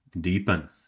deepen